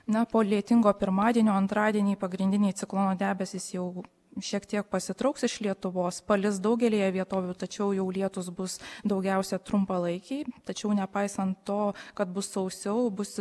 na po lietingo pirmadienio antradienį pagrindiniai ciklono debesys jau šiek tiek pasitrauks iš lietuvos palis daugelyje vietovių tačiau jau lietūs bus daugiausia trumpalaikiai tačiau nepaisant to kad bus sausiau bus